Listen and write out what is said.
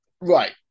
Right